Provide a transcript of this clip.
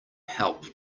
help